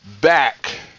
back